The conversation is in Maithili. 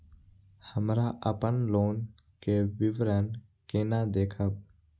हमरा अपन लोन के विवरण केना देखब?